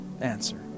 answer